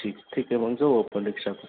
ठीक ठीक आहे मग जाऊ आपण रिक्षा करून